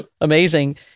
Amazing